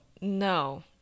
no